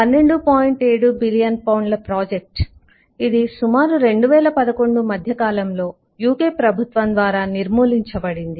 7 billion పౌండ్ల project ఇది సుమారు 2011 మధ్య కాలంలో UK ప్రభుత్వం ద్వారా నిర్మూలించ బడింది